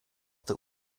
that